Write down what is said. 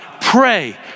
Pray